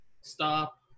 stop